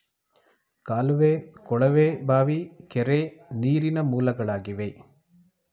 ಕಾಲುವೆ, ಕೊಳವೆ ಬಾವಿ, ಕೆರೆ, ನೀರಿನ ಮೂಲಗಳಾಗಿವೆ